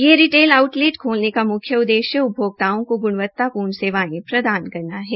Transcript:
ये retail outlet खोलने का मुख्य उद्देश्य उपभोक्ताओं को गुणवत्तापूर्ण सेवायें प्रदान करना है